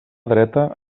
dreta